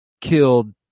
killed